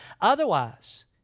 Otherwise